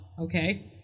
Okay